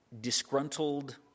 disgruntled